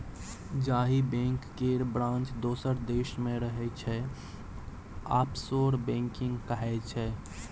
जाहि बैंक केर ब्रांच दोसर देश मे रहय छै आफसोर बैंकिंग कहाइ छै